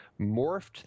morphed